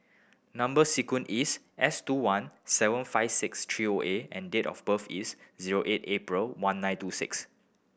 number sequence is S two one seven five six three O A and date of birth is zero eight April one nine two six